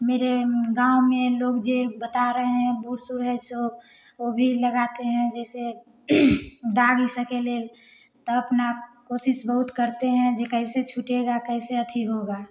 मेरे गाँव में जे बता रहे हैं बुढ़ सुढ़ हैं सो वो भी लगाते हैं जैसे दाग के लिए तो अपना कोशिश बहुत करते हैं जे कैसे छूटेगा कैसे अथी होगा